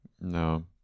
No